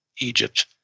Egypt